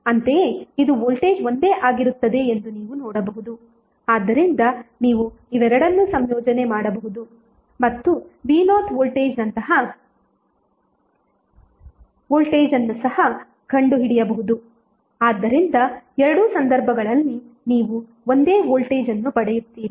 ಅಂತೆಯೇ ಇದು ವೋಲ್ಟೇಜ್ ಒಂದೇ ಆಗಿರುತ್ತದೆ ಎಂದು ನೀವು ನೋಡಬಹುದು ಆದ್ದರಿಂದ ನೀವು ಇವೆರಡನ್ನೂ ಸಂಯೋಜನೆ ಮಾಡಬಹುದು ಮತ್ತು v0ವೋಲ್ಟೇಜ್ಸಹ ಕಂಡುಹಿಡಿಯಬಹುದು ಆದ್ದರಿಂದ ಎರಡೂ ಸಂದರ್ಭಗಳಲ್ಲಿ ನೀವು ಒಂದೇ ವೋಲ್ಟೇಜ್ ಅನ್ನು ಪಡೆಯುತ್ತೀರಿ